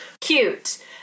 cute